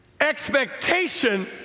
expectation